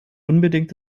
unbedingt